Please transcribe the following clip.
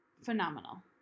phenomenal